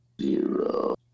Zero